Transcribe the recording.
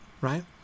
Right